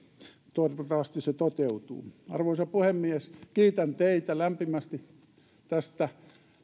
toivottavasti se toteutuu arvoisa puhemies kiitän teitä lämpimästi tästä